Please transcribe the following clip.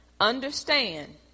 understand